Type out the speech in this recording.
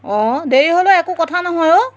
অঁ দেৰি হ'লেও একো কথা নহয় অ'